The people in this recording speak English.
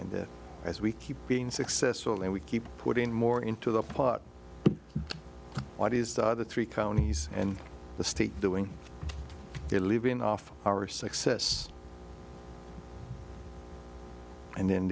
as we keep being successful and we keep putting more into the pot what is the three counties and the state doing a living off our success and then